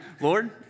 Lord